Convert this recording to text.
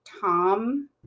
Tom